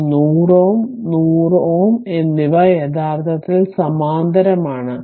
ഈ 100 Ω 100 Ω എന്നിവ യഥാർത്ഥത്തിൽ സമാന്തരമാണ്